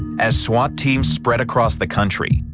as swat teams spread across the country,